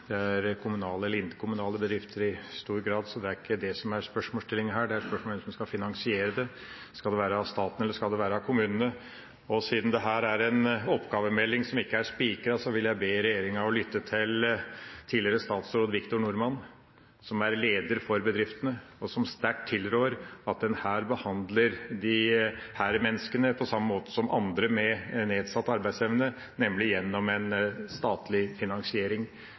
er kommunale eller interkommunale bedrifter i stor grad, så det er ikke det som er spørsmålsstillinga her. Det er spørsmål om hvem som skal finansiere det. Skal det være staten, eller skal det være kommunene? Siden dette er en oppgavemelding som ikke er spikret, vil jeg be regjeringa lytte til tidligere statsråd Victor Norman, som er leder for bedriftene, og som sterkt tilrår at en behandler disse menneskene på samme måte som andre med nedsatt arbeidsevne, nemlig gjennom en statlig finansiering.